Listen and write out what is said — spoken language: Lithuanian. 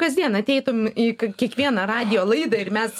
kasdien ateitum į kiekvieną radijo laidą ir mes